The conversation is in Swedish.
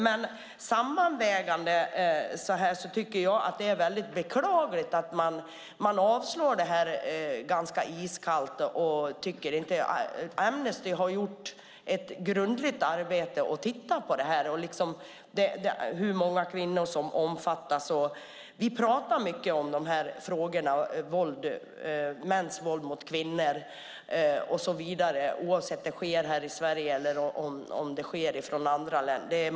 Men sammantaget tycker jag att det är beklagligt att man vill avslå vårt förslag ganska iskallt. Amnesty har gjort ett grundligt arbete och har tittat på hur många kvinnor som omfattas. Vi pratar mycket om de här frågorna, mäns våld mot kvinnor och så vidare, oavsett om det sker här i Sverige eller om det sker i andra länder.